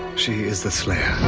she is the slayer.